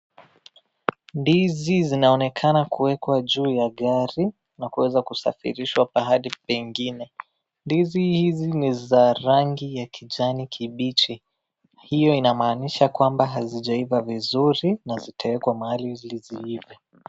Ndizi zinaonekana kuwekwa juu ya gari kwa kuweza kusafirishwa pahali pengine. Ndizi hizi ni za rangi ya kijani kibichi hio inamaanisha kwamba hazijaiva vizuri na zitaekwa mahali ili ziive.